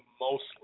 mostly